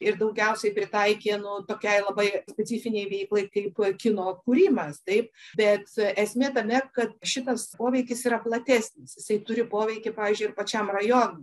ir daugiausiai pritaikė nu tokiai labai specifinei veiklai kaip kino kūrimas taip bet esmė tame kad šitas poveikis yra platesnis jisai turi poveikį pavyzdžiui pačiam rajonui